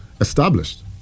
established